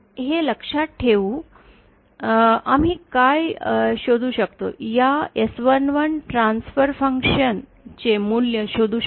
तर हे लक्षात ठेवून आम्ही काय शोधू शकतो या S 11 ट्रान्सफर फंक्शन चे मूल्य शोधू शकतो